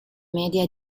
media